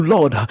Lord